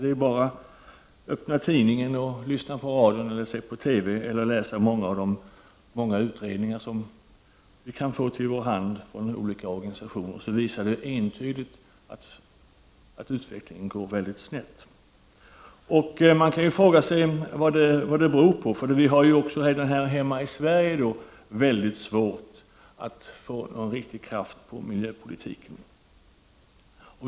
Det är bara att öppna tidningen, lyssna på radion, se på TV eller läsa några av de många utredningar vi kan få i vår hand från olika organisationer för att det entydigt skall visa sig att utvecklingen går mycket snett. Man kan fråga sig vad det beror på. Vi har också här hemma i Sverige mycket svårt att få någon riktig kraft i miljöpolitiken.